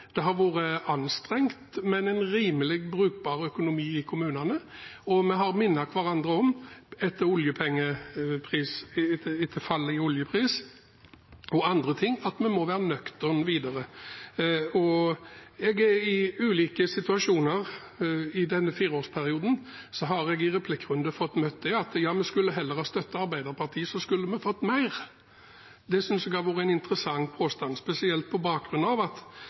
Det har vært anstrengt, men en rimelig brukbar økonomi i kommunene, og vi har minnet hverandre om, etter fallet i oljepris og andre ting, at vi må være nøkterne videre. I ulike situasjoner i denne fireårsperioden har jeg i replikkrunder møtt påstander om at vi heller skulle ha støttet Arbeiderpartiet, så skulle vi fått mer. Det synes jeg har vært en interessant påstand, spesielt på bakgrunn av at